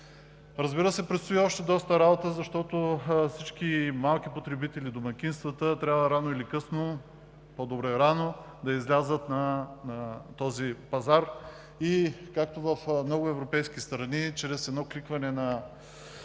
Разбира се, предстои още доста работа, защото всички малки потребители, домакинствата, трябва рано или късно – по-добре рано, да излязат на пазара и, както е в много европейски страни, тези потребители